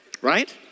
right